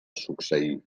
succeí